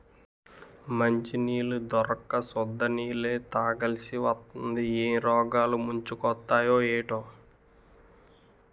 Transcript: మంచినీళ్లు దొరక్క సుద్ద నీళ్ళే తాగాలిసివత్తాంది ఏం రోగాలు ముంచుకొత్తయే ఏటో